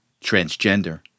transgender